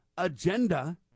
agenda